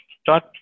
start